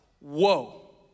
whoa